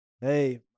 Hey